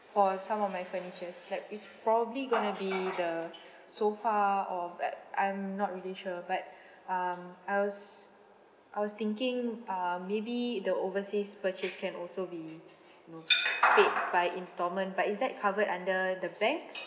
for some of my furnitures like it's probably going to be the sofa or uh I'm not really sure but um I was I was thinking um maybe the overseas purchase can also be you know paid by instalment but is that covered under the bank